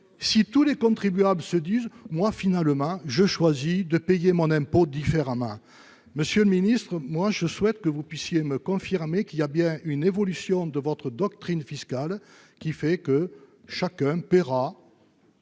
si tous les contribuables se disent moi finalement je choisis de payer mon impôt différemment monsieur le Ministre, moi je souhaite que vous puissiez me confirmer qu'il y a bien une évolution de votre doctrine fiscale qui fait que chacun paiera.